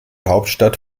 hauptstadt